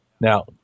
now